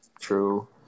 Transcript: True